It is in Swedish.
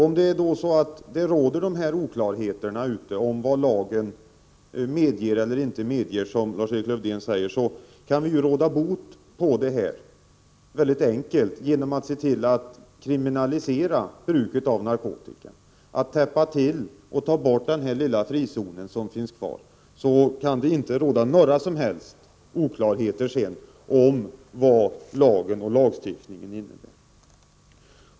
Om det alltså råder oklarheter om vad lagen medger och inte medger, som Lars-Erik Lövdén säger, kan vi ju mycket enkelt råda bot på det genom att se till att kriminalisera bruket av narkotika, genom att täppa till och ta bort den lilla frizon som finns kvar. Då kan det sedan inte råda några som helst oklarheter om vad lagen och lagstiftningen innebär.